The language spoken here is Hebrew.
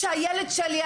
שהילד שלי,